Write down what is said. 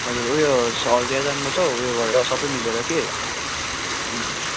हजुर उयो हल्दिया जानु पर्छ हौ उयो सबै मिलेर कि